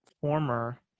former